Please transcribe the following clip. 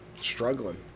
struggling